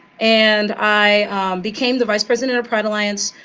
and i became the vice president of pride alliance.